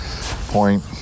point